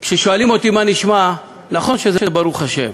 כששואלים אותי "מה נשמע?", נכון שזה "ברוך השם",